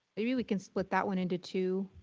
maybe we can split that one into two,